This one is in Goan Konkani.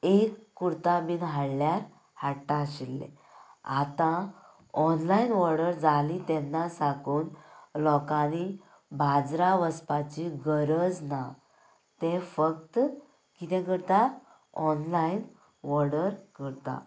एक कुर्ता बीन हाडल्यार हाडटा आशिल्ले आतां ऑनलायन ऑर्डर जाली तेन्ना साकून लोकांनी बाजरा वचपाची गरज ना तें फक्त कितें करतात ऑनलायन ऑर्डर करतात